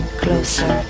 closer